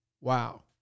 Wow